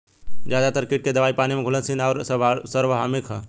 ज्यादातर कीट के दवाई पानी में घुलनशील आउर सार्वभौमिक ह?